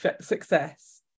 success